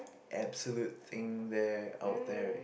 absolute thing there out there